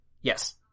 Yes